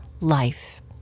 life